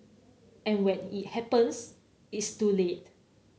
and when it happens it's too late